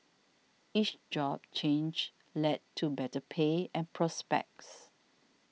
each job change led to better pay and prospects